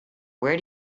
where